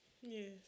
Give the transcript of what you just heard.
Yes